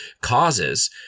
causes